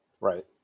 right